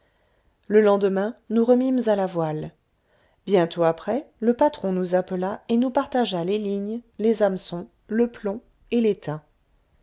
le lendemain nous remîmes à la voile bientôt après le patron nous appela et nous partagea les lignes les hameçons le plomb et l'étain